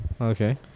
Okay